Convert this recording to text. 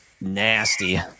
nasty